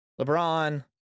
LeBron